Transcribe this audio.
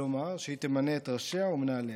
כלומר שהיא תמנה את ראשיה ומנהליה.